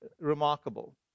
remarkable